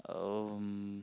um